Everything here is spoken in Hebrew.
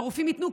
שהרופאים ייתנו,